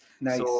Nice